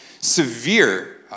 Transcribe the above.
severe